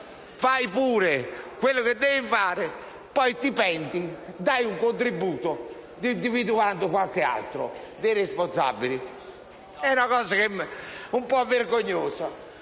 fai pure quello che devi fare, poi ti penti e dai un contributo individuando qualcun altro dei responsabili. È una cosa un po' vergognosa,